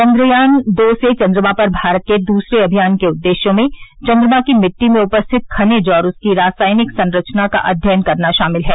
चंद्रयान दो से चंद्रमा पर भारत के दूसरे अभियान के उद्देश्यों में चंद्रमा की मिट्टी में उपस्थित खनिज और उसकी रासायनिक संरचना का अध्ययन करना शामिल है